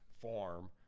form